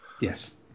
yes